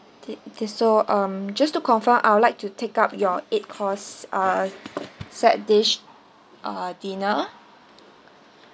the the so um just to confirm I would like to take up your eight course uh side dish uh dinner